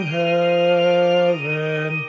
heaven